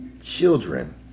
children